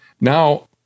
Now